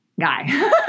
guy